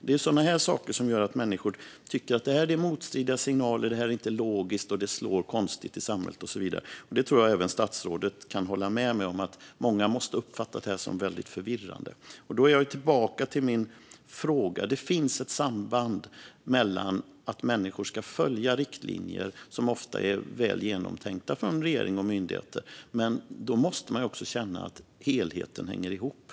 Det är sådana saker som gör att människor tycker att det är motstridiga signaler, att det inte är logiskt, att det slår konstigt i samhället och så vidare. Jag tror att även statsrådet kan hålla med mig om att många måste ha uppfattat detta som väldigt förvirrande, och därmed kommer jag tillbaka till min fråga. Det finns ett samband mellan att människor följer riktlinjer, som ofta är väl genomtänkta av regering och myndigheter, och att de känner att helheten hänger ihop.